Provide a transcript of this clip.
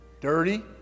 Dirty